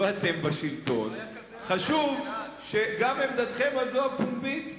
חשוב שגם עמדתכם הפומבית תישמע,